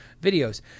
videos